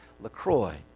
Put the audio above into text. LaCroix